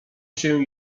się